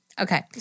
Okay